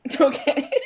Okay